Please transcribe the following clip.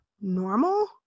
normal